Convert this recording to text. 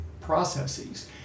processes